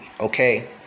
Okay